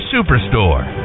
Superstore